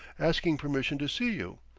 asking permission to see you.